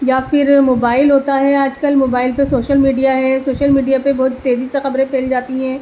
یا پھر موبائل ہوتا ہے آج کل موبائل پہ سوشل میڈیا ہے سوشل میڈیا پہ بہت تیزی سے خبریں پھیل جاتی ہیں